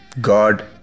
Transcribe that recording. God